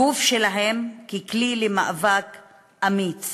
הגוף שלהם, ככלי למאבק אמיץ